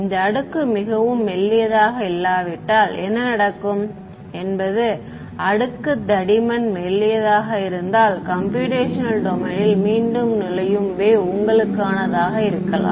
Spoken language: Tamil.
இந்த அடுக்கு மிகவும் மெல்லியதாக இல்லாவிட்டால் என்ன நடக்கும் என்பது அடுக்கு தடிமன் மெல்லியதாக இருந்தால் கம்ப்யூடேஷனல் டொமைன் ல் மீண்டும் நுழையும் வேவ் உங்களுக்கானதாக இருக்கலாம்